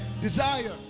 Desire